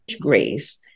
grace